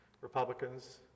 Republicans